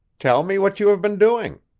tell me what you have been doing.